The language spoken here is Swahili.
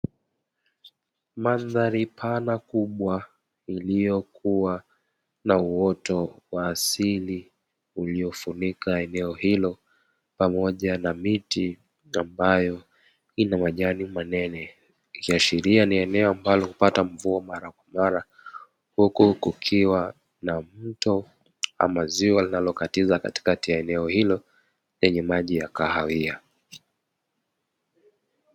Mandhari pana kubwa iliyokuwa na uoto wa asili uliofunika eneo hilo pamoja na miti ambayo ina majani manene, ikiashiria ni eneo ambalo hupata mvua mara kwa mara huku kukiwa na mto ama ziwa linalokatiza katikati ya eneo hilo lenye maji ya kahawia.